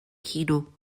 kino